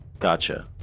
Gotcha